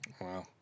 Wow